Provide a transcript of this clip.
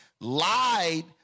Lied